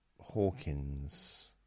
Hawkins